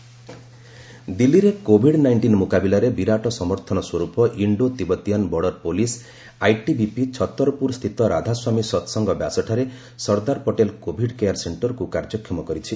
Covid care centre ଦିଲ୍ଲୀରେ covid nineteen ମୁକାବିଲାରେ ବିରାଟ ସମର୍ଥନ ସ୍ୱର୍ପ Indo Tibetan border police ITBP Chhatarpur ସ୍ଥିତ ରାଧାସ୍ୱାମୀ ସତ୍ସଙ୍ଗ ବ୍ୟାସଠାରେ ସର୍ଦ୍ଦାର ପଟେଲ କୋଭିଡ୍ କେୟାର ସେକ୍ଷରକ୍ କାର୍ଯ୍ୟକ୍ଷମ କରିଛି